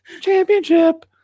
championship